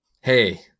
Hey